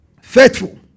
Faithful